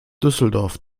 düsseldorf